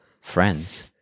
friends